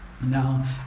Now